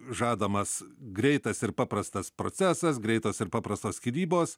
žadamas greitas ir paprastas procesas greitos ir paprastos skyrybos